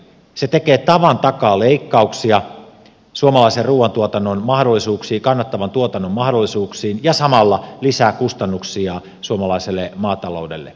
se tekee tavan takaa leikkauksia suomalaisen ruuantuotannon mahdollisuuksiin kannattavan tuotannon mahdollisuuksiin ja samalla lisää kustannuksia suomalaiselle maataloudelle